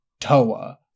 Toa